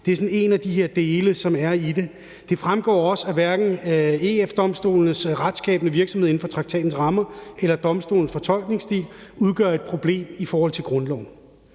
Det er sådan en af de her dele, som er i det. Det fremgår også, at hverken EU-Domstolens retsskabende virksomhed inden for traktatens rammer eller domstolens fortolkningsstil udgør et problem i forhold til grundloven.